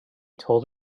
told